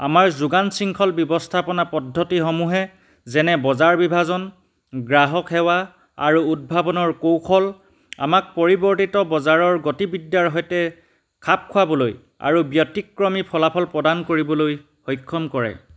আমাৰ যোগান শৃংখল ব্যৱস্থাপনা পদ্ধতিসমূহে যেনে বজাৰ বিভাজন গ্ৰাহক সেৱা আৰু উদ্ভাৱনৰ কৌশল আমাক পৰিৱৰ্তিত বজাৰৰ গতিবিদ্যাৰ সৈতে খাপ খুৱাবলৈ আৰু ব্যতিক্ৰমী ফলাফল প্ৰদান কৰিবলৈ সক্ষম কৰে